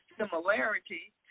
similarity